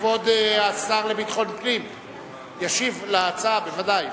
כבוד השר לביטחון פנים ישיב על ההצעה בוודאי.